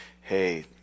hey